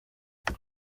dore